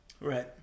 Right